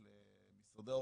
שיהיו לה זכויות במערכת המידע,